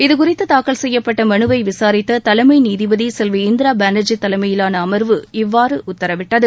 இதுகுறித்து தாக்கல் செய்யப்பட்ட மனுவை விசாரித்த தலைமை நீதிபதி இந்திரா பானர்ஜி தலைமையிலான அமர்வு இவ்வாறு உத்தரவிட்டது